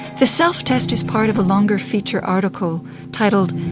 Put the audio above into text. the self-test is part of a longer feature articles titled,